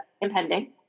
impending